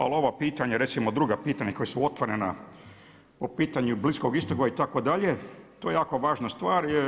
Ali ovo pitanje recimo druga pitanja koja su otvorena o pitanju Bliskog istoka itd. to je jako važna stvar.